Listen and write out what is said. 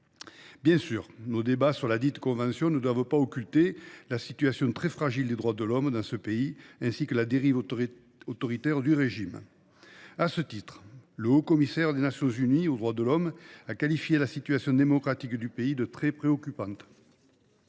évidemment, nos débats sur ladite convention ne doivent pas occulter la situation très fragile des droits de l’homme dans ce pays, ainsi que la dérive autoritaire du régime. À ce titre, le haut commissaire aux droits de l’homme des Nations unies a qualifié la situation démocratique du pays de « très préoccupante